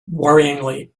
worryingly